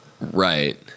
Right